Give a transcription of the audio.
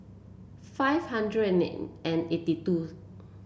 five hundred and and eighty two